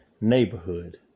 neighborhood